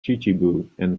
chichibu